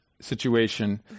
situation